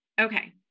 Okay